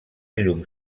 llum